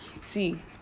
See